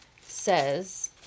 says